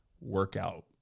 workout